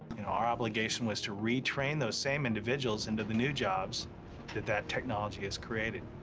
you know, our obligation was to re-train those same individuals into the new jobs that that technology has created.